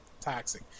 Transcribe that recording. toxic